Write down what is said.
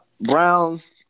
Browns